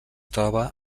troba